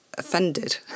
offended